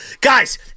guys